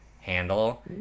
handle